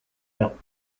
help